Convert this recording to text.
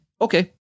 Okay